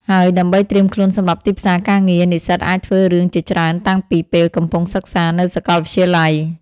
ហើយដើម្បីត្រៀមខ្លួនសម្រាប់ទីផ្សារការងារ និស្សិតអាចធ្វើរឿងជាច្រើនតាំងពីពេលកំពុងសិក្សានៅសាកលវិទ្យាល័យ។